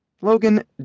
Logan